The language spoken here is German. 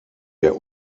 der